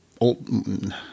old